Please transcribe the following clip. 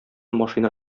машина